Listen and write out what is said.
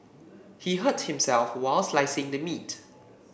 he hurt himself while slicing the meat